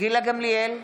גילה גמליאל,